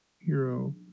Hero